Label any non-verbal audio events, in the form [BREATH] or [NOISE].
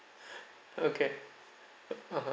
[BREATH] okay (uh huh)